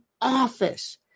office